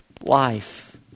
life